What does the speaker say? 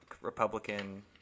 Republican